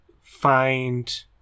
find